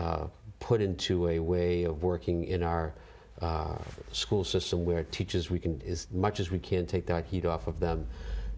s put into a way of working in our school system where teachers we can is much as we can take the heat off of them